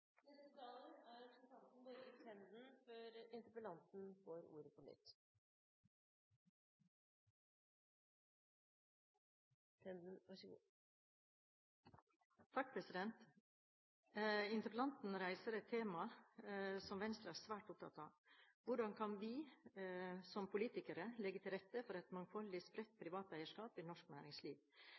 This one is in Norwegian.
Interpellanten tar opp et tema som Venstre er svært opptatt av. Hvordan kan vi som politikere legge til rette for et mangfoldig, spredt, privat eierskap i norsk næringsliv?